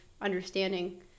understanding